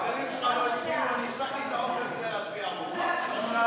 ההצעה להפוך את הצעת החוק לתיקון פקודת העיריות (חלוקת